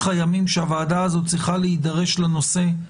הימים שהוועדה הזו צריכה להידרש לנושא,